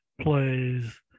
plays